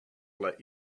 let